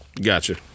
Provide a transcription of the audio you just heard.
Gotcha